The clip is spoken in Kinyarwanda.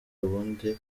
ubundi